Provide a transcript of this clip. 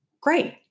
Great